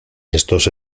estos